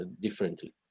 differently